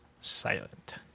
silent